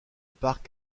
parc